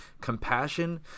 compassion